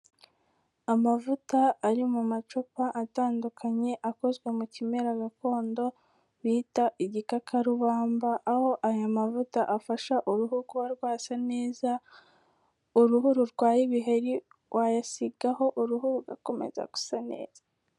Amavuta ari mu macupa atandukanye akozwe mu kimera gakondo bita igikakarubamba, aho aya mavuta afasha uruhu kuba rwasa neza, uruhu rurwaye ibiheri wayasigaho uruhu rugakomeza gusa neza.